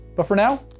but for now,